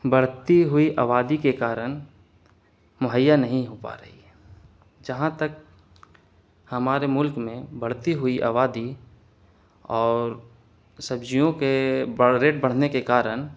بڑھتی ہوئی آبادی کے کارن مہیا نہیں ہو پا رہی ہے جہاں تک ہمارے ملک میں بڑھتی ہوئی آبادی اور سبزیوں کے بڑھ ریٹ بڑھنے کے کارن